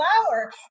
flower